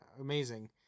amazing